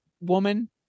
woman